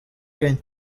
kenya